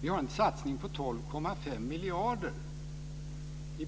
Vi gör en satsning på 12,5 miljarder i